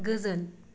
गोजोन